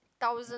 thousand